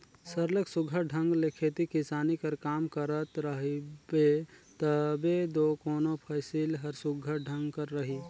सरलग सुग्घर ढंग ले खेती किसानी कर काम करत रहबे तबे दो कोनो फसिल हर सुघर ढंग कर रही